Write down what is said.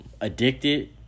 Addicted